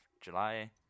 July